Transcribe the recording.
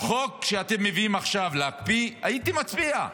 חוק שאתם מביאים עכשיו להקפיא, הייתי מצביע,